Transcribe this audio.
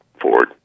Ford